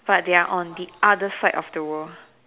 but they are on the other side of the world